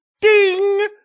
Ding